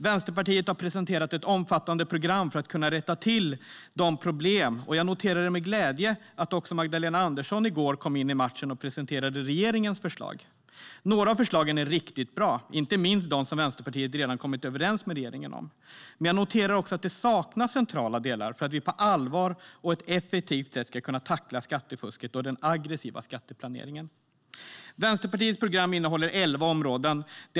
Vänsterpartiet har presenterat ett omfattande program för att rätta till de problem som finns, och jag noterade med glädje att även Magdalena Andersson i går kom in i matchen och presenterade regeringens förslag. Några av förslagen är riktigt bra, inte minst de som Vänsterpartiet redan kommit överens med regeringen om, men jag noterar också att det saknas centrala delar för att vi på allvar och effektivt ska kunna tackla skattefusket och den aggressiva skatteplaneringen. Vänsterpartiets program innehåller elva områden.